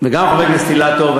גם חבר הכנסת אילטוב.